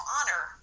Honor